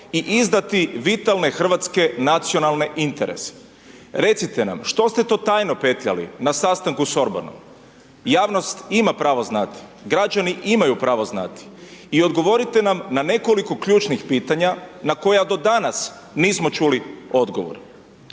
i izdati vitalne hrvatske nacionalne interese? Recite nam što ste to tajno petljali na sastanku sa Orbanom? Javnost ima pravo znati, građani imaju pravo znati. I odgovorite nam na nekoliko ključnih pitanja na koja do danas nismo čuli odgovor.